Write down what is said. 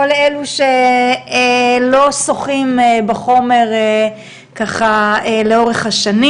כמובן כל אלו שלא שוחים בחומר לאורך השנים